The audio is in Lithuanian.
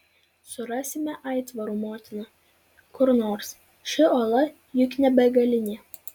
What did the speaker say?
surasime aitvarų motiną kur nors ši uola juk ne begalinė